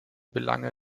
belange